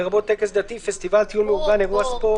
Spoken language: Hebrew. לרבות טקס דתי, פסטיבל, טיול מאורגן, אירוע ספורט,